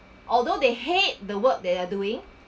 although they hate the work they are doing